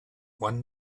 one